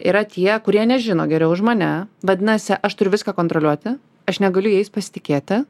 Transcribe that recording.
yra tie kurie nežino geriau už mane vadinasi aš turiu viską kontroliuoti aš negaliu jais pasitikėti